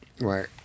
Right